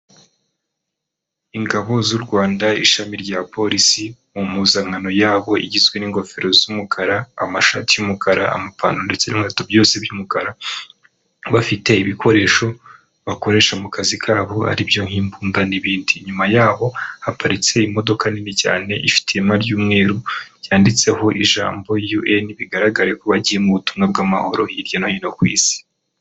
Ingabo z'u Rwanda ishami rya polisi mu mpuzankano yabo igizwe n'ingofero z'umukara, amashati y'umukara, amapantaro ndetse n'inkweto byose by'umukara, bafite ibikoresho bakoresha mu kazi kabo aribyo nk'imbunda n'ibindi. Inyuma yaho haparitse imodoka nini cyane ifite ihema ry'umweru ryanditseho ijambo UN, bigaraga ko bagiye mu butumwa bw'amahoro hirya no hino ku Isi.